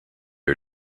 are